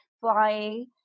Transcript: flying